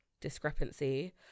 discrepancy